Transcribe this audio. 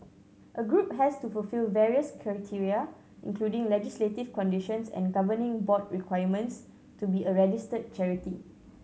a group has to fulfil various criteria including legislative conditions and governing board requirements to be a registered charity